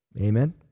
Amen